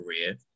career